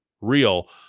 real